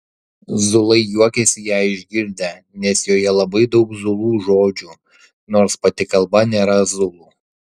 zulai juokėsi ją išgirdę nes joje labai daug zulų žodžių nors pati kalba nėra zulų